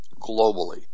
globally